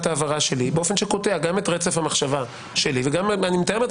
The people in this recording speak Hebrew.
ההבהרה שלי באופן שקוטע גם את רצף המחשבה שלי ואני מתאר לעצמי